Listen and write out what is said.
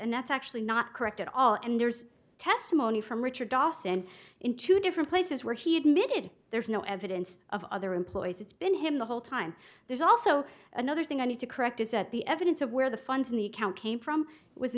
and that's actually not correct at all and there's testimony from richard dawson in two different places where he admitted there's no evidence of other employees it's been him the whole time there's also another thing i need to correct is that the evidence of where the funds in the account came from was